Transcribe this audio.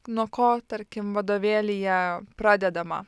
nuo ko tarkim vadovėlyje pradedama